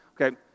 Okay